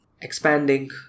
expanding